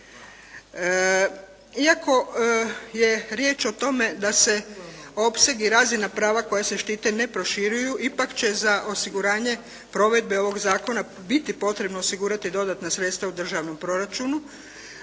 Iako je riječ o tome da se opseg i razina prava koja se štite ne proširuju ipak će za osiguranje provedbe ovog zakona biti potrebno osigurati dodatna sredstva u državnom proračunu